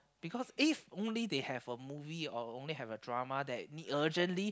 because if only they have a movie or only have a drama that need urgently